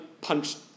punched